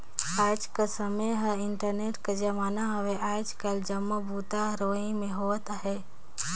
आएज कर समें हर इंटरनेट कर जमाना हवे आएज काएल जम्मो बूता हर ओही में होवत अहे